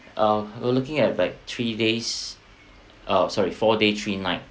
uh we're looking at like three days uh sorry four day three night